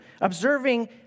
observing